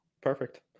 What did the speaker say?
Perfect